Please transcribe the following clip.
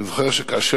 אני זוכר שכאשר